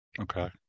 Okay